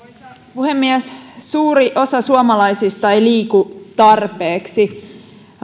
puhemies suuri osa suomalaisista ei liiku tarpeeksi